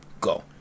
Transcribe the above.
Go